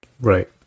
Right